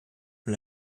von